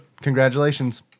Congratulations